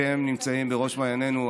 אתם נמצאים בראש מעיינינו.